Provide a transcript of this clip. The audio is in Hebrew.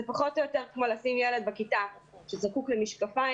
זה פחות או יותר כמו לשים ילד בכיתה שזקוק למשקפיים,